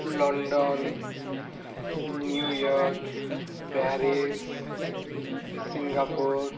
London New York Paris Singapore